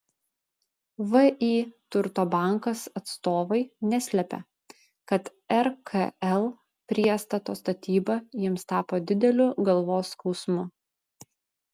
vį turto bankas atstovai neslepia kad rkl priestato statyba jiems tapo dideliu galvos skausmu